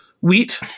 wheat